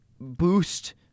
boost